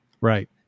Right